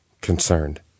concerned